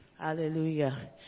Hallelujah